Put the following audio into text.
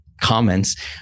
comments